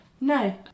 no